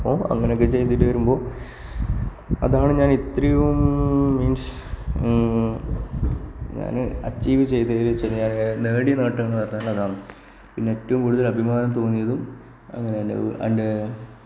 അപ്പോൾ അങ്ങനെ ഒക്കെ ചെയ്തിട്ടാവുമ്പോൾ അതാണ് ഞാൻ ഇത്രെയും മീൻസ് ഞാന് അച്ചീവ് ചെയ്തതെന്നു വെച്ചാല് ഞാന് നേടിയനേട്ടങ്ങള് എന്നുപറഞ്ഞാല് അതാണ് ഇന്ന് ഏറ്റവുംകൂടുതൽ അഭിമാനം തോന്നിയതും അങ്ങനെയാണ് എൻറെ